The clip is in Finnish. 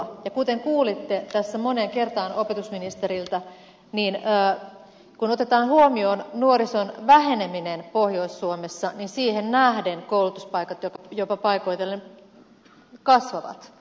ja kuten kuulitte tässä moneen kertaan opetusministeriltä niin kun otetaan huomioon nuorison väheneminen pohjois suomessa niin siihen nähden koulutuspaikkoja jopa paikoitellen tulee lisää